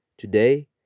Today